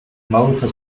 motor